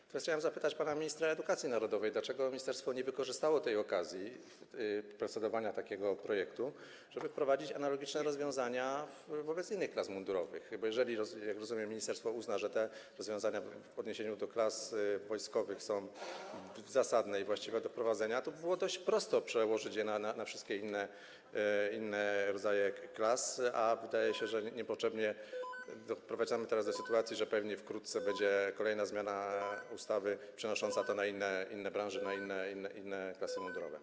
Natomiast chciałem zapytać pana ministra edukacji narodowej, dlaczego ministerstwo nie wykorzystało okazji procedowania takiego projektu, żeby wprowadzić analogiczne rozwiązania wobec innych klas mundurowych, bo jeżeli - jak rozumiem - ministerstwo uzna, że te rozwiązania w odniesieniu do klas wojskowych są zasadne i właściwe, to dość prosto byłoby przełożyć je na wszystkie inne rodzaje klas, a wydaje się, że niepotrzebnie doprowadzamy teraz do sytuacji, że pewnie wkrótce będzie kolejna zmiana ustawy przenosząca to rozwiązanie na inne branże, na inne klasy mundurowe.